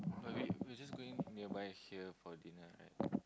but we we are just going nearby here for dinner right